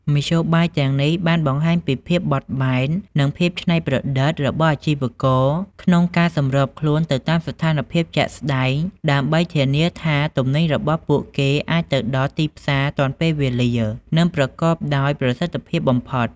មធ្យោបាយទាំងនេះបានបង្ហាញពីភាពបត់បែននិងភាពច្នៃប្រឌិតរបស់អាជីវករក្នុងការសម្របខ្លួនទៅតាមស្ថានភាពជាក់ស្តែង ដើម្បីធានាថាទំនិញរបស់ពួកគេអាចទៅដល់ទីផ្សារទាន់ពេលវេលា និងប្រកបដោយប្រសិទ្ធភាពបំផុត។